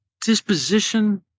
disposition